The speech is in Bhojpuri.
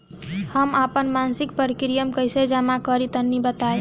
हम आपन मसिक प्रिमियम कइसे जमा करि तनि बताईं?